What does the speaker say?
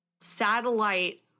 satellite